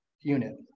unit